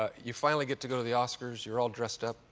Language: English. ah you finally get to go to the oscars, you're all dressed up,